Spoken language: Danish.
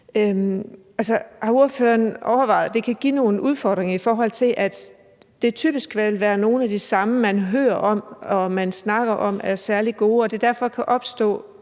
Har ordføreren overvejet, at det kan give nogle udfordringer, i forhold til at det typisk vil være nogle af de samme, man hører om og snakker om er særlig gode, og at der derfor kan opstå